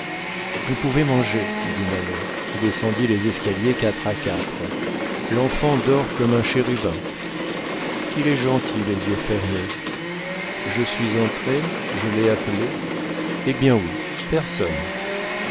vous pouvez manger dit nanon qui descendit les escaliers quatre à quatre l'enfant dort comme un chérubin qu'il est gentil les yeux fermés je suis entrée je l'ai appelé ah bien oui personne